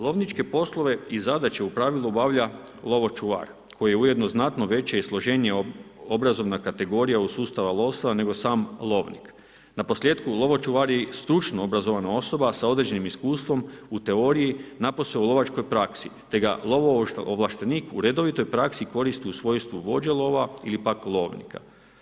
Lovničke poslove i zadaće u pravilu obavlja lovočuvar koji je ujedno znatno veće i složenija obrazovna kategorija od sustava lovstva nego sam lovnik, naposljetku lovočuvar je i stručno obrazovana osoba sa određenim iskustvom u teoriji napose u lovačkoj praksi te ga lovo ovlaštenik u redovitoj praksi koristi u svojstvu vođolova ili pak lovnika.